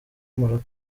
maroc